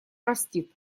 простит